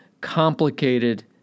complicated